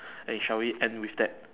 eh shall we end with that